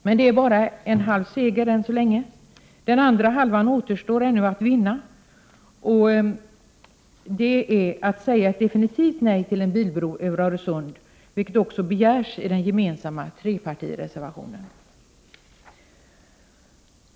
Men det är än så länge bara en halv seger — den andra halvan återstår ännu att vinna: Det är att säga ett definitivt nej till en bro över Öresund, vilket också begärs i den gemensamma trepartireservationen.